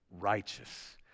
righteous